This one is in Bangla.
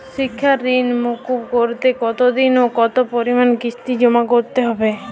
শিক্ষার ঋণ মুকুব করতে কতোদিনে ও কতো পরিমাণে কিস্তি জমা করতে হবে?